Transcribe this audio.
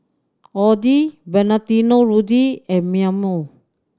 Audi Valentino Rudy and Mimeo